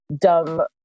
dumb